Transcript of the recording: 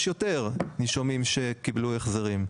יש יותר נישומים שקיבלו החזרים,